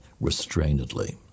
restrainedly